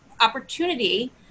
opportunity